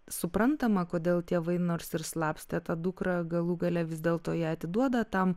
suprantama kodėl tėvai nors ir slapstė tą dukrą galų gale vis dėlto ją atiduoda tam